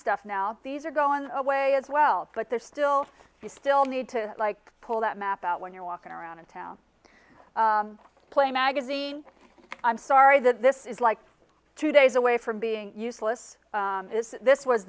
stuff now these are going away as well but they're still you still need to like pull that map out when you're walking around a town play magazine i'm sorry that this is like two days away from being useless this